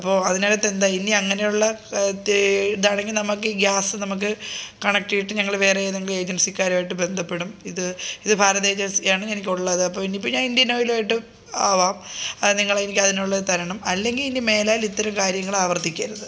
അപ്പോള് അതിനകത്ത് എന്താണ് ഇനി അങ്ങനെയുള്ള ഇതാണെങ്കിൽ നമുക്കീ ഗ്യാസ് നമുക്ക് കണക്ട്യ്തിട്ട് ഞങ്ങള് വേറെ ഏതെങ്കിലും ഏജൻസിക്കാരുമായിട്ട് ബന്ധപ്പെടും ഇത് ഇത് ഭാരത് ഏജൻസി ആണ് എനിക്കുള്ളത് അപ്പോള് ഇനിയിപ്പോള് ഇന്ത്യൻ ഓയിലായിട്ട് ആവാം അത് നിങ്ങള് എനിക്ക് അതിനുള്ള തരണം അല്ലെങ്കില് ഇനി മേലാൽ ഇത്തരം കാര്യങ്ങളാവർത്തിക്കരുത്